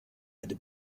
erde